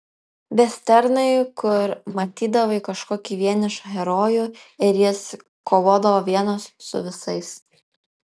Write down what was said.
vesternai kur matydavai kažkokį vienišą herojų ir jis kovodavo vienas su visais